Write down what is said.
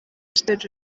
king